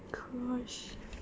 gosh